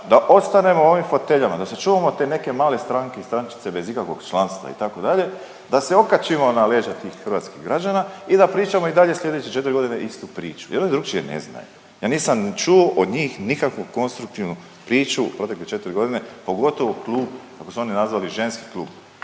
da ostanemo u ovim foteljama, da sačuvamo te neke male stranke i strančice bez ikakvog članstva, itd., da se okačimo na leđa tih hrvatskih građana i da pričamo i dalje sljedeće 4 godine istu priču jer oni drukčije ne znaju. Ja nisam ni čuo od njih nikakvu konstruktivnu priču u proteklih 4 godine, pogotovo klub, kako su oni nazvali, ženski klub,